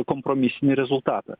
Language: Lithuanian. kompromisinį rezultatą